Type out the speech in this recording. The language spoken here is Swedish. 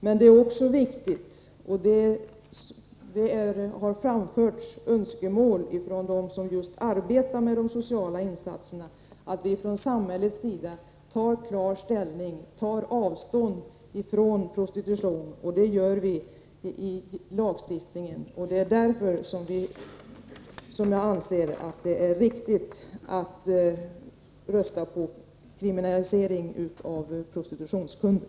Men det är också viktigt — och det har framförts sådana önskemål från dem som arbetar med de sociala insatserna — att vi från samhällets sida klart tar avstånd från prostitutionen. Det gör vi i lagstiftningen. Det är därför som jag anser att det är riktigt att rösta för en kriminalisering av prostitutionskunden.